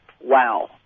wow